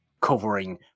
covering